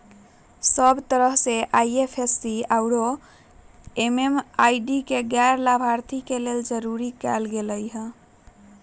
सब तरह से आई.एफ.एस.सी आउरो एम.एम.आई.डी के गैर लाभार्थी के लेल जरूरी कएल गेलई ह